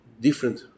different